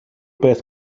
beth